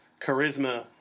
charisma